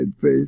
faith